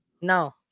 no